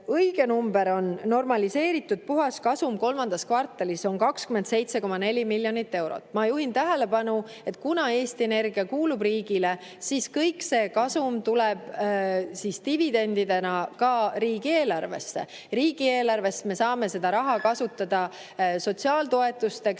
õige number, normaliseeritud puhaskasum kolmandas kvartalis on 27,4 miljonit eurot. Ma juhin tähelepanu, et kuna Eesti Energia kuulub riigile, siis kõik see kasum tuleb dividendidena riigieelarvesse. Riigieelarvest me saame seda raha kasutada sotsiaaltoetusteks,